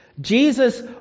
Jesus